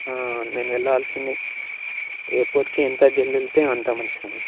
నేను వెళ్ళాల్సింది ఎయిర్పోర్ట్కి ఎంత జల్ది వెళ్తే అంత మంచిదని